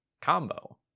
combo